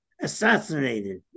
assassinated